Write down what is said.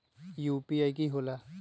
UPI कि होला?